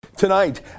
Tonight